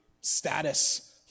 status